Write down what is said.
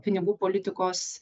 pinigų politikos